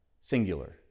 singular